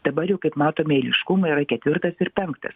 dabar jau kaip matome eiliškumą yra ketvirtas ir penktas